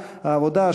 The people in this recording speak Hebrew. העבודה,